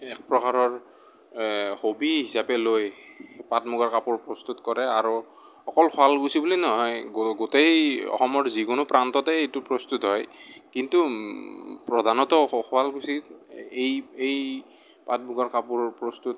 এক প্ৰকাৰৰ হবি হিচাপে লৈ পাট মুগাৰ কাপোৰ প্ৰস্তুত কৰে আৰু অকল শুৱালকুছি বুলি নহয় গোটেই অসমৰ যিকোনো প্ৰান্ততে এইটো প্ৰস্তুত হয় কিন্তু প্ৰধানতঃ শুৱালকুছিত এই এই পাটমুগাৰ কাপোৰ প্ৰস্তুত